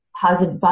positive